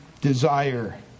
desire